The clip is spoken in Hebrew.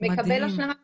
מקבל השלמת הכנסה.